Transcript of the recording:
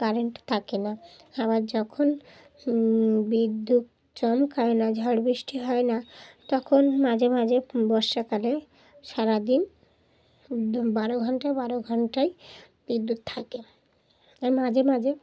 current থাকে না আবার যখন বিদ্যুৎ চমকায় না ঝাড় বৃষ্টি হয় না তখন মাঝে মাঝে বর্ষাকালে সারাদিন বারো ঘন্টায় বারো ঘন্টায় বিদ্যুৎ থাকে আর মাঝে মাঝে